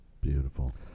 Beautiful